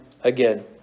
again